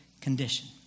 condition